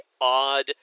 odd